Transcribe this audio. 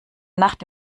nacht